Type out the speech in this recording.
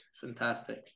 fantastic